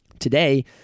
Today